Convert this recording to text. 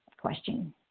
question